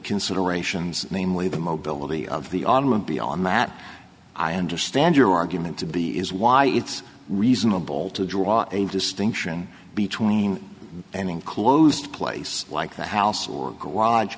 considerations namely the mobility of the autumn and beyond that i understand your argument to be is why it's reasonable to draw a distinction between an enclosed place like the house or a